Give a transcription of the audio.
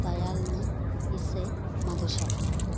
தயாழினி இசை மதுஷா